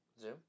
Zoom